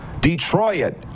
Detroit